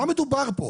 במה מדובר פה?